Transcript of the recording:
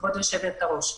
כבוד היושבת-ראש.